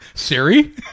Siri